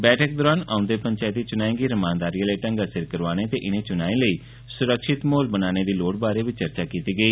बैठक दौरान औंदे पंचैती चुनाएं गी रमानदारी आह्ले ढंग्गै सिर करोआने ते इनें चुनाएं लेई सुरक्षित म्हौल बनाने दी लोड़ बारै बी चर्चा कीती गेई